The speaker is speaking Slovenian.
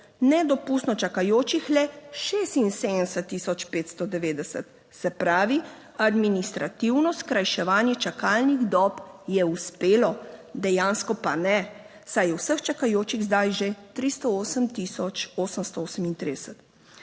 nedopustno čakajočih le 76 tisoč 590. Se pravi, administrativno skrajševanje čakalnih dob je uspelo, dejansko pa ne, saj je vseh čakajočih zdaj že 308